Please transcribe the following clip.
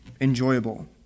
enjoyable